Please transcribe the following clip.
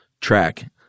track